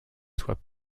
soit